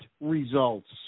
results